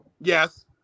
Yes